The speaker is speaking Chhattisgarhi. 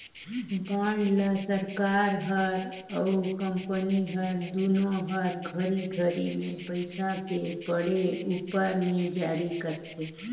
बांड ल सरकार हर अउ कंपनी हर दुनो हर घरी घरी मे पइसा के पड़े उपर मे जारी करथे